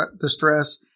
distress